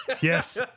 Yes